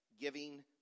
giving